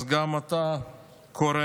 אז גם אתה קורא: